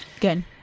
Good